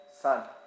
son